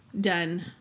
done